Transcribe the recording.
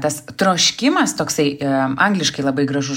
tas troškimas toksai angliškai labai gražus